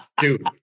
Dude